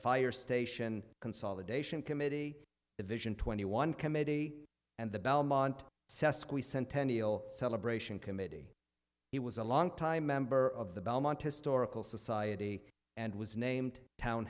fire station consolidation committee division twenty one committee and the belmont sesquicentennial celebration committee he was a long time member of the belmont historical society and was named town